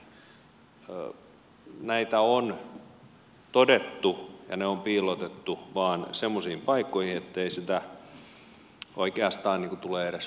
näitä on todettu ja ne on piilotettu vain semmoisiin paikkoihin ettei sitä oikeastaan tule edes huomanneeksi